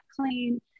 clean